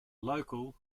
local